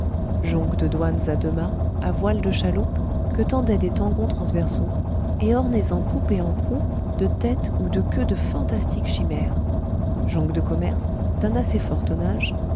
jonques de douanes à deux mâts à voiles de chaloupes que tendaient des tangons transversaux et ornées en poupe et en proue de têtes ou de queues de fantastiques chimères jonques de commerce d'un assez fort tonnage